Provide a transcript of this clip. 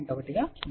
1 గా ఉంటుంది